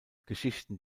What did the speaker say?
geschichten